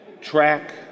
track